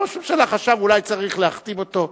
וראש הממשלה חשב אולי צריך להחתים אותו.